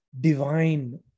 divine